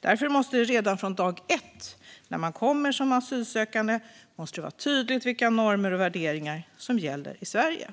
Därför måste det redan från dag ett när man kommer som asylsökande vara tydligt vilka normer och värderingar som gäller i Sverige.